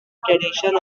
tradition